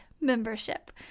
Membership